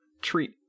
treat